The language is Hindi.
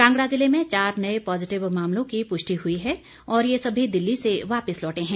कांगड़ा जिले में चार नए पॉजिटिव मामलों की पुष्टि हई है और ये सभी दिल्ली से वापिस लौटे हैं